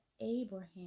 Abraham